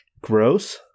Gross